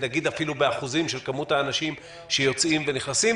אפילו באחוזים של כמות האנשים שיוצאים ונכנסים,